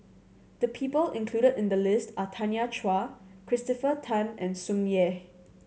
the people included in the list are Tanya Chua Christopher Tan and Tsung Yeh